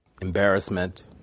Embarrassment